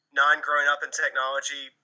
non-growing-up-in-technology